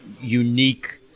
unique